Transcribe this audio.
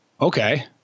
okay